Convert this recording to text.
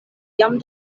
jam